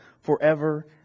forever